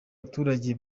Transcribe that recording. abaturage